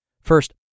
First